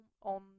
on